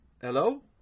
hello